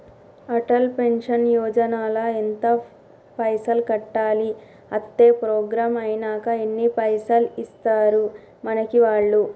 Atal pension Yojana ల ఎంత పైసల్ కట్టాలి? అత్తే ప్రోగ్రాం ఐనాక ఎన్ని పైసల్ ఇస్తరు మనకి వాళ్లు?